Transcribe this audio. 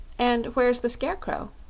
and where's the scarecrow?